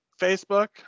Facebook